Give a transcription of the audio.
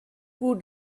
who